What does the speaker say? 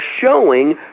showing